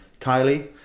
Kylie